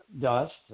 dust